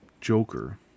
Joker